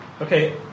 okay